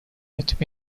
этими